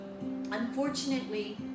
Unfortunately